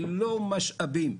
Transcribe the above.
ללא משאבים.